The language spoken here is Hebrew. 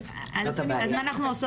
זאת הבעיה.